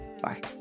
bye